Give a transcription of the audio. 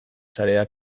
sarea